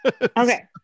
okay